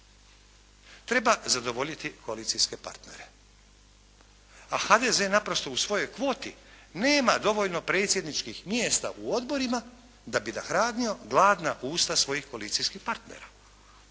Treba zadovoljiti koalicijske partnere, a HDZ naprosto u svojoj kvoti nema dovoljno predsjedničkih mjesta u odborima da bi nahranio gladna usta svojih koalicijskih partnera